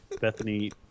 Bethany